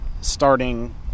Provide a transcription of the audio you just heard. starting